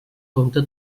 compte